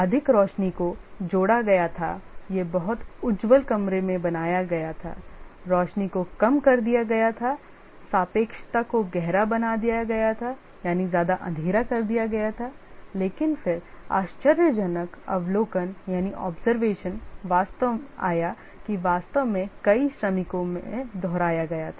अधिक रोशनी को जोड़ा गया था यह बहुत उज्ज्वल कमरे में बनाया गया था रोशनी को कम कर दिया गया था सापेक्षता को गहरा बना दिया गया था लेकिन फिर आश्चर्यजनक अवलोकन वास्तव में कई श्रमिकों में दोहराया गया था